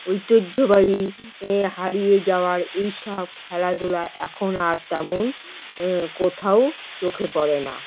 ঐতিহ্যবাহী হারিয়ে যাওয়ার এই সব খেলাধুলা এখন আর তেমন কোথাও চোখে পড়ে না